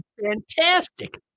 fantastic